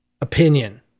opinion